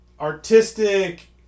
artistic